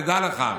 תדע לך,